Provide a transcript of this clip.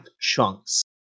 chunks